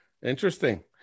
Interesting